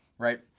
right,